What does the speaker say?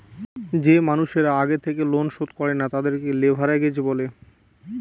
যে মানুষের আগে থেকে লোন শোধ করে না, তাদেরকে লেভেরাগেজ লোন বলে